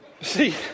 See